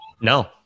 No